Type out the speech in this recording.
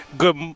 Good